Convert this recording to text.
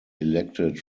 elected